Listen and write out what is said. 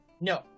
No